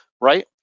right